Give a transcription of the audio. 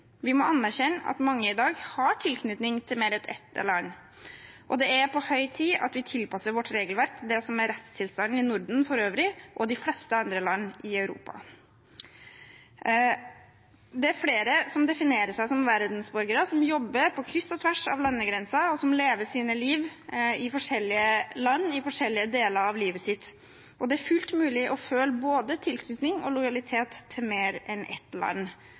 Vi må anerkjenne at mange i dag har tilknytning til mer enn ett land, og det er på høy tid at vi tilpasser vårt regelverk til det som er rettstilstanden i Norden for øvrig og de fleste andre land i Europa. Det er flere som definerer seg som verdensborgere, som jobber på kryss og tvers av landegrenser, og som lever sitt liv i forskjellige land i forskjellige deler av livet sitt. Det er fullt mulig å føle både tilknytning og lojalitet til mer enn ett land.